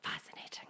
fascinating